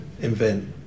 invent